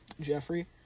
Jeffrey